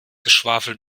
geschwafel